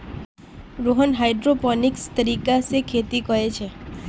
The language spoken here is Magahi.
रोहन हाइड्रोपोनिक्स तरीका से खेती कोरे छे